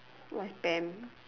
what spam